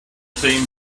same